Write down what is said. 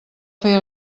fer